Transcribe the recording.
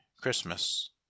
Christmas